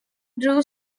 drew